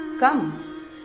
Come